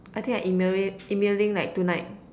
I think I email it emailing like tonight